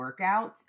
workouts